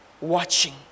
watching